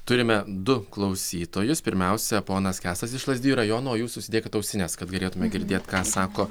turime du klausytojus pirmiausia ponas kęstas iš lazdijų rajono o jūs užsidėkit ausines kad galėtume girdėt ką sako